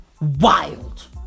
wild